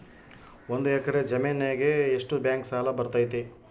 ಒಂದು ಎಕರೆ ಜಮೇನಿಗೆ ಎಷ್ಟು ಬ್ಯಾಂಕ್ ಸಾಲ ಬರ್ತೈತೆ?